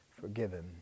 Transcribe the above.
forgiven